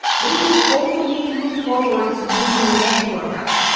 but it will also make you look forward to doing your next workout.